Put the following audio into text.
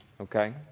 Okay